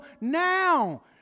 now